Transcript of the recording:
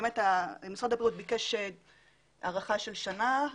באמת משרד הבריאות ביקש הארכה של שנה,